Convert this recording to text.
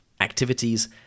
Activities